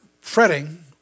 fretting